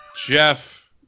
Jeff